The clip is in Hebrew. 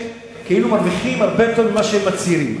כאילו מרוויחים הרבה יותר ממה שהם מצהירים.